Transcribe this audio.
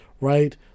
right